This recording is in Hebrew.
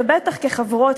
ובטח כחברות,